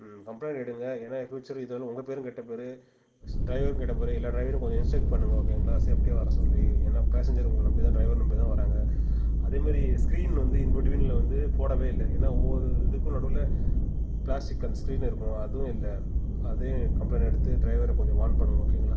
complaint எடுங்கள் ஏன்னால் future இதால் உங்கள் பேரும் கெட்ட பேர் ஸ் டிரைவருக்கும் கெட்ட பேர் எல்லா டிரைவரும் கொஞ்சம் இன்ஸக்ட் பண்ணுங்கள் ஓகேங்களா சேஃப்டியாக வர சொல்லி ஏன்னால் பேஸஞ்சர் உங்களை நம்பி தான் டிரைவர் நம்பி தான் வராங்க அதே மாரி ஸ்க்ரீன் வந்து இன் பிட்டுவினில் வந்து போடவே இல்லை ஏன்னால் ஒவ்வொரு இதுக்கும் நடுவில் பிளாஸ்டிக் அந்த ஸ்க்ரீனு இருக்கணும் அதுவும் இல்லை அதையும் கம்ப்ளைன்ட்டாக எடுத்து டிரைவரை கொஞ்சம் வான் பண்ணுங்கள் ஓகேங்களா